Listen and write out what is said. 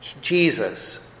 Jesus